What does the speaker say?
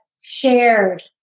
shared